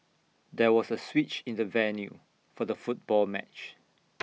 there was A switch in the venue for the football match